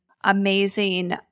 amazing